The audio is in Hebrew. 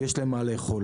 ויש להן מה לאכול.